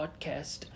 podcast